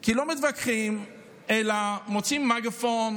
כי לא מתווכחים אלא מוציאים מגפון,